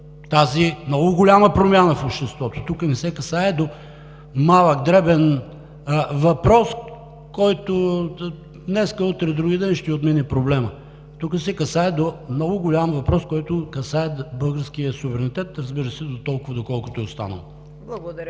тази много голяма промяна в обществото. Тук не се касае за малък и дребен въпрос, който днес, утре, вдругиден ще отмени проблема. Тук се касае за много голям въпрос, който касае българския суверенитет, разбира се, дотолкова, доколкото е останал.